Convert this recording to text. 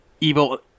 evil